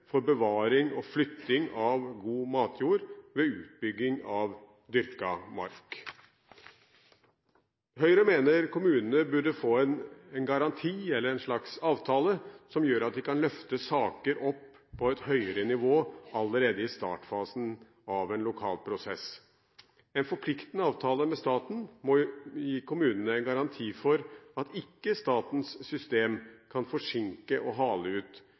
for bevaring og flytting av god matjord ved utbygging av dyrket mark. Høyre mener kommunene burde få en garanti eller en slags avtale som gjør at de kan løfte saker opp på et høyere nivå allerede i startfasen av en lokal prosess. En forpliktende avtale med staten må gi kommunene en garanti for at ikke statens system kan forsinke og hale ut